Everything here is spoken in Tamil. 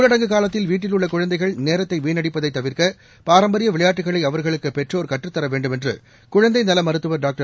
ஊரடங்கு காலத்தில் வீட்டில் உள்ள குழந்தைகள் நேரத்தை வீணடிப்பதை தவிர்க்க பாரம்பரிய விளையாட்டுகளை அவர்களுக்கு பெற்றோர் கற்றுத்தர வேண்டும் என்று குழந்தை நல மருத்துவர் டாக்டர்